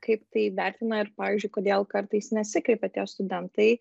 kaip tai vertina ir pavyzdžiui kodėl kartais nesikreipia tie studentai